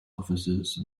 officers